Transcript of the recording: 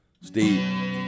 Steve